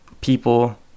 People